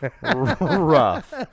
rough